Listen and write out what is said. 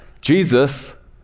Jesus